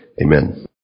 Amen